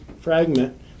fragment